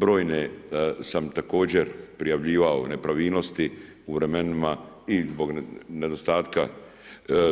Brojne sam, također, prijavljivao nepravilnosti u vremenima i zbog nedostatka